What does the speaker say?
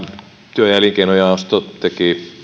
työ ja elinkeinojaosto teki